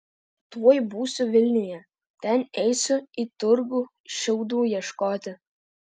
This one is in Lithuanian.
tuoj būsiu vilniuje ten eisiu į turgų šiaudų ieškoti